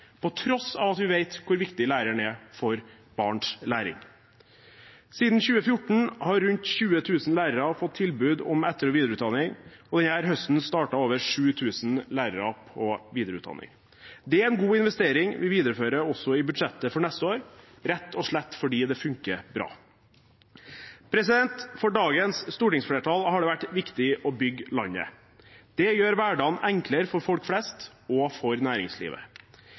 på tross av at vi vet hvor viktig læreren er for barns læring. Siden 2014 har rundt 20 000 lærere fått tilbud om etter- og videreutdanning, og denne høsten startet over 7 000 lærere på videreutdanning. Det er en god investering vi viderefører også i budsjettet for neste år, rett og slett fordi det funker bra. For dagens stortingsflertall har det vært viktig å bygge landet. Det gjør hverdagen enklere for folk flest og for næringslivet.